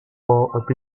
bought